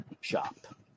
shop